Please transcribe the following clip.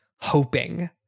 hoping